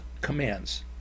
commands